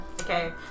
Okay